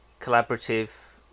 collaborative